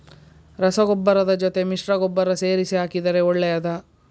ರಸಗೊಬ್ಬರದ ಜೊತೆ ಮಿಶ್ರ ಗೊಬ್ಬರ ಸೇರಿಸಿ ಹಾಕಿದರೆ ಒಳ್ಳೆಯದಾ?